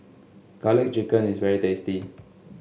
garlic chicken is very tasty